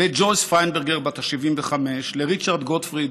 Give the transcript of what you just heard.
ג'ויס פיינברג בת ה-75, ריצ'רד גוטפריד,